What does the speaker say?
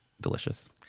delicious